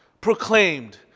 proclaimed